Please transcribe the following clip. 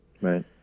Right